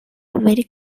very